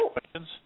questions